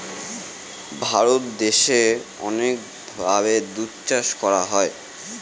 ভারত দেশে অনেক ভাবে দুধ চাষ করা হয়